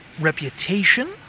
reputation